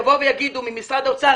יבואו יגידו במשרד האוצר,